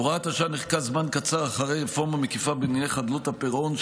הוראת השעה נחקקה זמן קצר אחרי רפורמה מקיפה בדיני חדלות הפירעון,